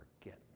forget